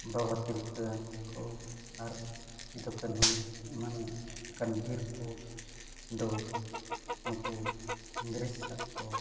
ᱵᱟᱵᱟ ᱛᱤᱞᱠᱟᱹ ᱠᱚ ᱟᱨ ᱥᱤᱫᱩ ᱠᱟᱹᱱᱩ ᱮᱢᱟᱱ ᱵᱤᱨ ᱠᱚᱫᱚ ᱱᱩᱠᱩ ᱤᱝᱨᱮᱡᱽ ᱥᱟᱣ ᱠᱚ